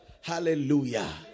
Hallelujah